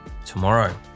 tomorrow